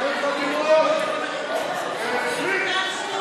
אין חתימות.